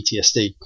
ptsd